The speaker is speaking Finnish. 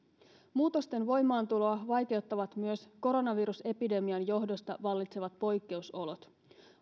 muutosten voimaantuloa vaikeuttavat myös koronavirusepidemian johdosta vallitsevat poikkeusolot